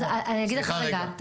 אני אגיד לך רגע,